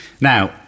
Now